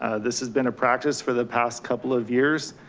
ah this has been a practice for the past couple of years,